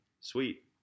sweet